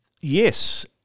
Yes